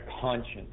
conscience